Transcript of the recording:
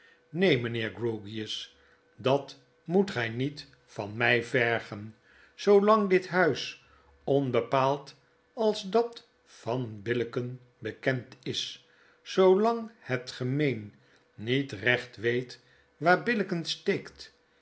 mynheer grewgious dat moet gij niet van mjj vergen zoolang dit huis onbepaald als dat van billicken bekend is zoolang het gemeen niet recht weet waar billicken steekt